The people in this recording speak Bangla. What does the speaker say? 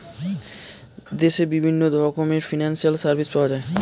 দেশে বিভিন্ন রকমের ফিনান্সিয়াল সার্ভিস পাওয়া যায়